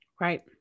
Right